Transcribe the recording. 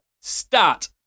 Start